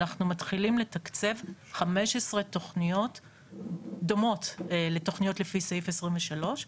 אנחנו מתחילים לתקצב 15 תכניות דומות לתכניות לפי סעיף 23,